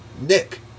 nick